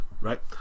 Right